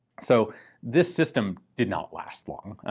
so this system did not last long.